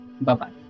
Bye-bye